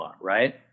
right